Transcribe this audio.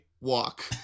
walk